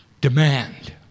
demand